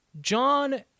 john